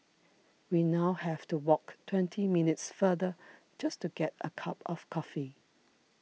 we now have to walk twenty minutes farther just to get a cup of coffee